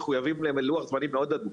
מחויבים ללוח זמנים מאוד הדוק.